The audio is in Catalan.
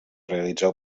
realitzar